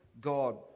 God